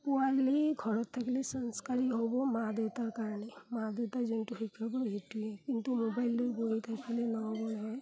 পোৱালী ঘৰত থাকিলে সংস্কাৰী নহ'ব মা দেউতাৰ কাৰণে মা দেউতাই যোনটো শিকাব সেইটোৱে কিন্তু মোবাইল লৈ বহি থাকিলে নহ'ব নহয়